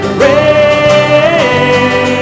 rain